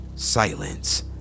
Silence